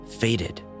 faded